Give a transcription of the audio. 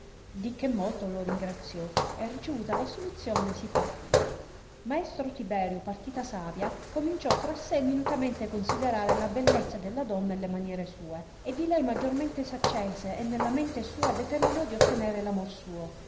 di che molto lo ringraziò e ricevuta l assoluzione si partì ylaestro tiberio partita savia cominciò tra sé minutamente considerare la bellezza della donna e le maniere sue e di lei maggiormente s accese e nella mente sua determinò di ottenere l'amor suo